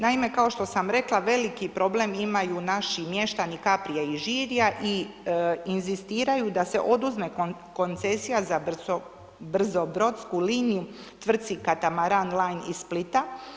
Naime, kao što sam rekla veliki problem imaju naši mještani Kaprija i Žirja i inzistiraju da se oduzme koncesija za brzobrodsku liniju tvrci Catamaran line iz Splita.